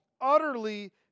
utterly